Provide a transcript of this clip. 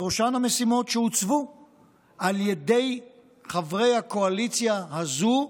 בראשן המשימות שהוצבו על ידי חברי הקואליציה הזו,